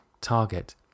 target